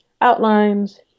outlines